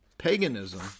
paganism